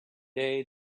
day